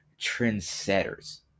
trendsetters